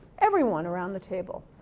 everyone around the table,